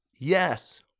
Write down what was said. Yes